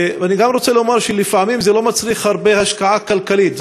אני גם רוצה לומר שלפעמים זה לא מצריך השקעה כלכלית רבה.